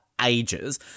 ages